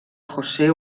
josé